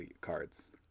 cards